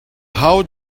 how